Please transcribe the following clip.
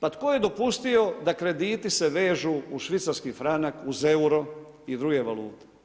Pa tko je dopustio da krediti se vežu uz švicarski franak, uz euro i druge valute?